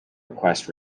request